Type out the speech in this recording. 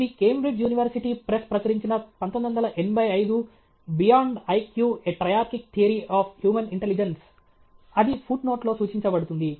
ఇది Cambridge university press ప్రచురించిన 1985 beyond IQ a triarchic theory of human intelligence Beyond IQ A Triarchic Theory of Human Intelligence అది ఫుట్నోట్లో సూచించబడుతుంది